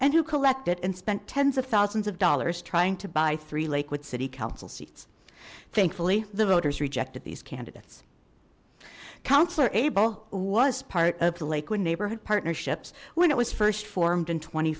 and who collected and spent tens of thousands of dollars trying to buy three lakewood city council seats thankfully the voters rejected these candidates councillor abel was part of the lake wa neighborhood partnerships when it was first formed in tw